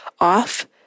off